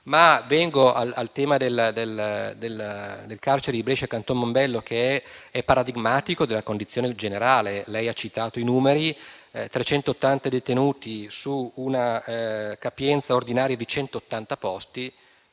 Ma vengo al tema del carcere di Brescia Canton Mombello, che è paradigmatico della condizione generale. Lei ha citato i numeri: 380 detenuti su una capienza ordinaria di 180 posti.